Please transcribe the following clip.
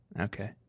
Okay